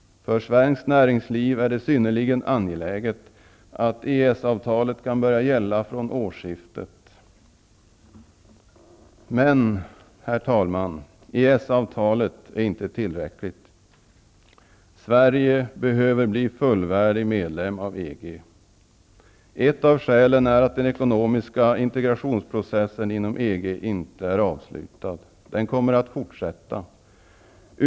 För svenskt näringsliv är det synnerligen angeläget att EES-avtalet kan börja gälla från årsskiftet. Herr talman! EES-avtalet är dock inte tillräckligt. Sverige behöver bli fullvärdig medlem av EG. Ett av skälen är att den ekonomiska integrationsprocessen inom EG inte är avslutad utan den kommer att forsätta.